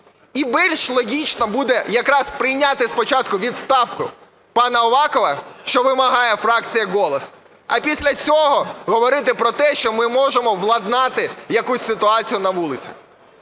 І більш логічно буде якраз прийняти спочатку відставку пана Авакова, що вимагає фракція "Голос", а після цього говорити про те, що ми можемо владнати якусь ситуацію на вулиці.